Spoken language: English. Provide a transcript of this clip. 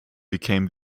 became